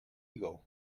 ego